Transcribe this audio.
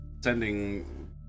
sending